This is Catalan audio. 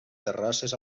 terrasses